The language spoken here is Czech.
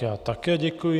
Já také děkuji.